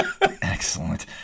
Excellent